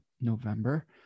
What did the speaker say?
November